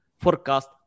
forecast